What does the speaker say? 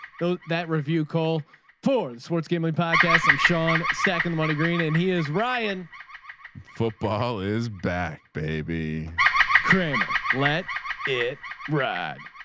those that review call four sports gambling podcast i'm sean stack in the money green and he is ryan football is back. baby kramer. let it speaker